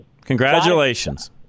congratulations